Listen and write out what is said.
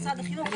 משרד החינוך.